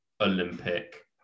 Olympic